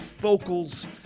vocals